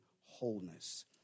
Wholeness